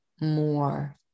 more